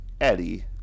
Eddie